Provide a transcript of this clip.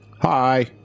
Hi